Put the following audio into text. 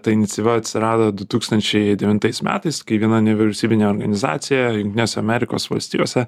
ta iniciatyva atsirado du tūkstančiai devintais metais kai viena nevyriausybinė organizacija jungtinėse amerikos valstijose